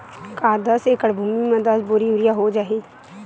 का दस एकड़ भुमि में दस बोरी यूरिया हो जाही?